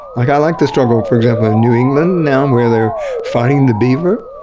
like i like the struggle, for example, in new england now um where they are fighting the beaver,